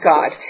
God